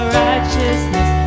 righteousness